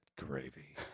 Gravy